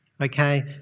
okay